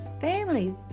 family